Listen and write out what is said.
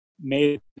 made